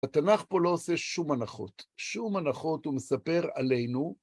התנ״ך פה לא עושה שום הנחות, שום הנחות, הוא מספר עלינו